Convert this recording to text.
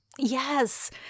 Yes